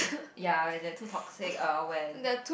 ya when they're too toxic err when